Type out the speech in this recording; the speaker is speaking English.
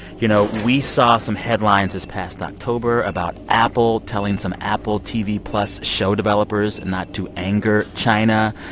you know, we saw some headlines this past october about apple telling some apple tv plus show developers not to anger china.